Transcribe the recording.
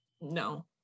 No